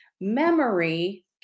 Memory